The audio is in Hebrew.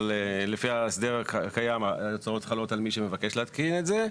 לפי ההסדר הקיים ההוצאות חלות על מי שמבקש להתקין את זה,